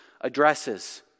addresses